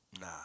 Nah